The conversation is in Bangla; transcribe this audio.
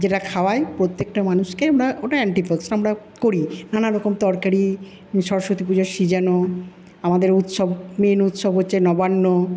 যেটা খাওয়াই প্রত্যেকটা মানুষকে আমরা ওটা অ্যান্টি পক্স আমরা করি নানারকম তরকারি সরস্বতী পুজার সিজানো আমাদের উৎসব মেইন উৎসব হচ্ছে নবান্ন